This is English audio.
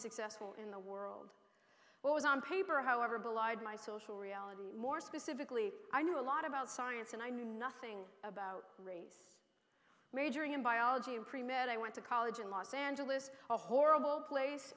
successful in the world what was on paper however belied my social reality more specifically i knew a lot about science and i knew nothing about race majoring in biology premed i went to college in los angeles a horrible place